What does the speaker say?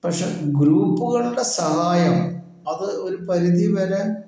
പക്ഷേ ഗ്രൂപ്പുകളുടെ സഹായം അത് ഒരു പരിധി വരെ